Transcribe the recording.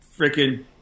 freaking